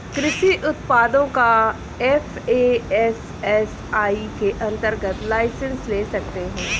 कृषि उत्पादों का एफ.ए.एस.एस.आई के अंतर्गत लाइसेंस ले सकते हैं